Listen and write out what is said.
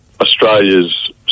Australia's